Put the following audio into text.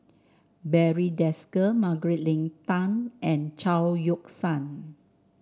Barry Desker Margaret Leng Tan and Chao Yoke San